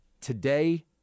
Today